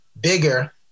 bigger